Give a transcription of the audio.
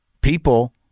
people